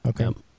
okay